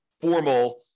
formal